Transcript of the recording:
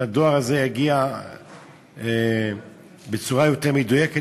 שהדואר הזה יגיע בצורה יותר מדויקת?